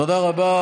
תודה רבה.